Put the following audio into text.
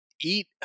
eat